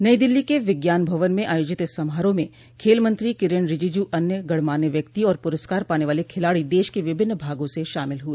नई दिल्ली के विज्ञान भवन में आयोजित इस समारोह में खेल मंत्री किरेन रिजीजू अन्य गणमान्य व्यक्ति और पुरस्कार पाने वाले खिलाड़ी देश के विभिन्न भागों से शामिल हुए